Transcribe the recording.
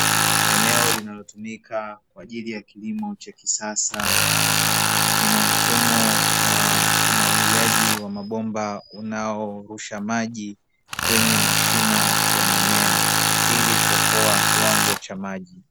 Eneo linalotumika kwa ajili ya kilimo cha kisasa kina mfumo wa umwagiliaji wa mabomba, unaorusha maji kwenye mashina ya mimea , ili kuokoa kiwango cha maji.